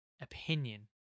opinion